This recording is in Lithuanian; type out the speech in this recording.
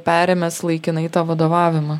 perėmęs laikinai tą vadovavimą